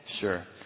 Sure